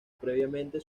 previamente